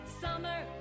summer